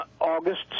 August